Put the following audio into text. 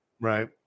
Right